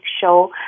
show